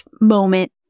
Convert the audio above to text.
moment